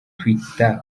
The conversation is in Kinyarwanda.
twitter